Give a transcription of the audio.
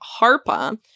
HARPA